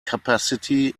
capacity